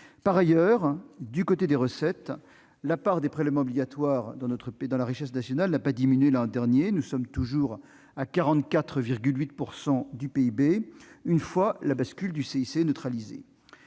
Par ailleurs, du côté des recettes, la part des prélèvements obligatoires dans la richesse nationale n'a pas diminué l'an dernier- 44,8 % du PIB -, une fois la bascule du CICE neutralisée.